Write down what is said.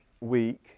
week